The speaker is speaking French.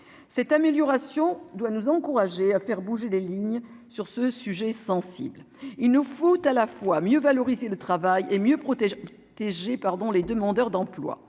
cette amélioration doit nous encourager à faire bouger les lignes sur ce sujet sensible, il nous faut à la fois mieux valoriser le travail et mieux protéger TG, pardon, les demandeurs d'emploi,